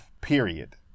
Period